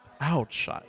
Ouch